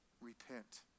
Repent